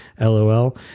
LOL